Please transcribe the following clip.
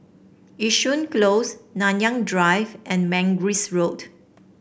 Yishun Close Nanyang Drive and Mangis Road